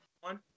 One